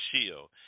shield